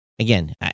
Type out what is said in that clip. Again